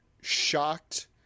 shocked